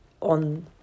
on